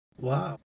Wow